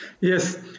Yes